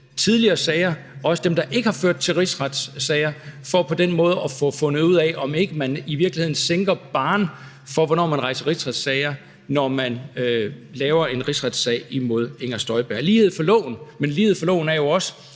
tidligere sager, også dem, der ikke har ført til en rigsretssag, for på den måde at finde ud af, om man ikke i virkeligheden sænker barren for, hvornår man rejser en rigsretssag, når man rejser en rigsretssag imod Inger Støjberg. Der skal være lighed for loven, men